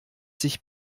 sich